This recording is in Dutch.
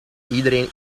iedereen